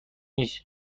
نیست